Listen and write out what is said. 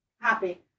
Happy